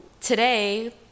today